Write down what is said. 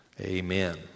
Amen